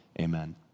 Amen